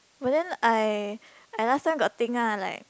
but then I I last time got think ah like